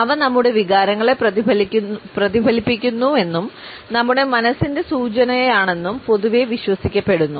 അവ നമ്മുടെ വികാരങ്ങളെ പ്രതിഫലിപ്പിക്കുന്നുവെന്നും നമ്മുടെ മനസ്സിന്റെ സൂചനയാണെന്നും പൊതുവെ വിശ്വസിക്കപ്പെടുന്നു